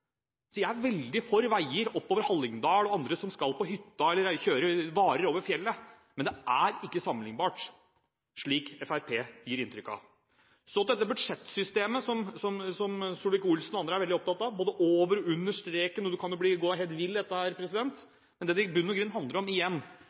Jeg er veldig for veier oppover i Hallingdal og andre steder for folk som skal på hytta eller kjører varer over fjellet, men dette er ikke sammenlignbart, slik Fremskrittspartiet gir inntrykk av. Så til dette budsjettsystemet som Solvik-Olsen og andre er veldig opptatt av, både over og under streken – du kan jo gå